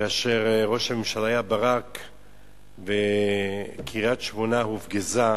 כאשר ברק היה ראש הממשלה וקריית-שמונה הופגזה,